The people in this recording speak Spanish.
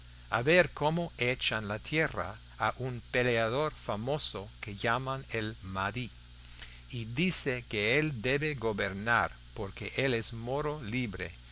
a ver como echan de la tierra a un peleador famoso que llaman el mahdí y dice que él debe gobernar porque él es moro libre